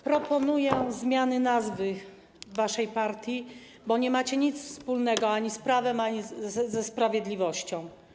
Proponuję zmianę nazwy waszej partii, bo nie macie nic wspólnego ani z prawem, ani ze sprawiedliwością.